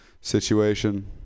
situation